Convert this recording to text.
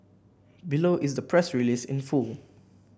below is the press release in full